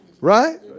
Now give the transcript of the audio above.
right